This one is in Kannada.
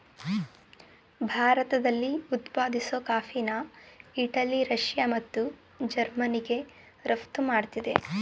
ಭಾರತದಲ್ಲಿ ಉತ್ಪಾದಿಸೋ ಕಾಫಿನ ಇಟಲಿ ರಷ್ಯಾ ಮತ್ತು ಜರ್ಮನಿಗೆ ರಫ್ತು ಮಾಡ್ತಿದೆ